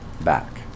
back